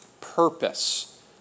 purpose